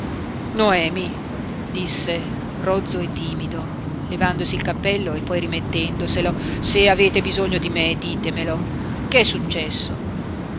noemi disse rozzo e timido levandosi il cappello e poi rimettendoselo se avete bisogno di me ditemelo che è successo